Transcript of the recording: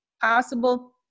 possible